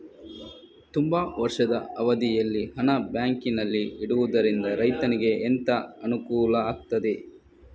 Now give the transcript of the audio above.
ತುಂಬಾ ವರ್ಷದ ಅವಧಿಯಲ್ಲಿ ಹಣ ಬ್ಯಾಂಕಿನಲ್ಲಿ ಇಡುವುದರಿಂದ ರೈತನಿಗೆ ಎಂತ ಅನುಕೂಲ ಆಗ್ತದೆ?